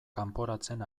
kanporatzen